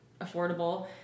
affordable